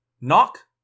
Knock